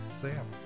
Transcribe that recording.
sam